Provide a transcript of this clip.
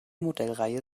modellreihe